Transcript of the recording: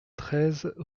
treize